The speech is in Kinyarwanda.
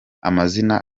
amazina